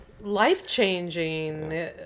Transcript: life-changing